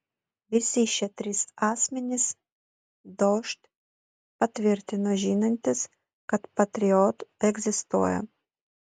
visi šie trys asmenys dožd patvirtino žinantys kad patriot egzistuoja